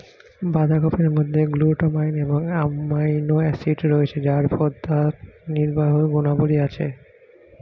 বাঁধাকপির মধ্যে গ্লুটামাইন এবং অ্যামাইনো অ্যাসিড রয়েছে যার প্রদাহনির্বাহী গুণাবলী আছে